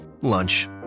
lunch